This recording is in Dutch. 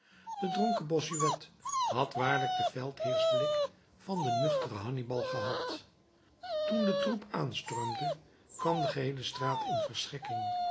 de dronken bossuet had waarlijk den veldheersblik van den nuchteren hannibal gehad toen de troep aanstormde kwam de geheele straat in